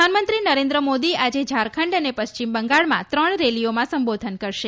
પ્રધાનમંત્રી નરેન્દ્ર મોદી આજે ઝારખંડ અને પશ્ચિમ બંગાળમાં ત્રણ રેલીઓમાં સંબોધન કરશે